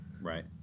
Right